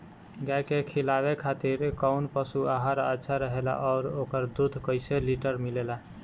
गाय के खिलावे खातिर काउन पशु आहार अच्छा रहेला और ओकर दुध कइसे लीटर मिलेला?